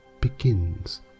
begins